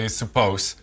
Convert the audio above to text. suppose